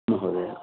महोदय